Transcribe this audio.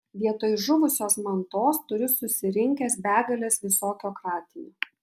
vietoj žuvusios mantos turiu susirinkęs begales visokio kratinio